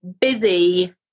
busy